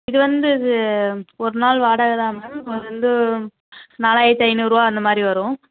இது வந்து இது ஒரு நாள் வாடகைதான் மேம் வந்து நாலாயிரத்தி ஐநூறுபா அந்த மாதிரி வரும்